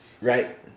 Right